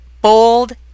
bold